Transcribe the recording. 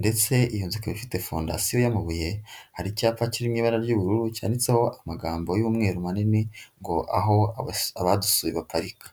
ndetse iyo nzu ikaba ifite fondasiyo y'amabuye hari icyapa kiri mu ibara ry'ubururu cyanditseho amagambo y'umweru manini ngo aho abadusuye baparika.